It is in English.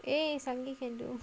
!yay! suddenly can do